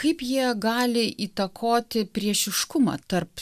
kaip jie gali įtakoti priešiškumą tarp